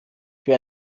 für